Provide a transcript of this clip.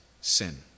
sin